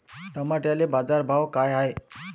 टमाट्याले बाजारभाव काय हाय?